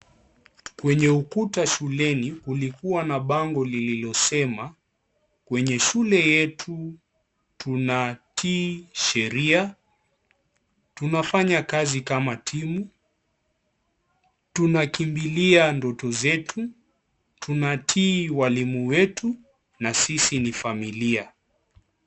Kwenye ukuta shuleni, kulikuwa na bango lililosema, kwenye shule yetu tunatii sheria, tunafanya kazi kama timu, tunakimbilia ndoto zetu, tunatii walimu wetu na sisi ni familia.